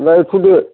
होमब्लालाय थुदो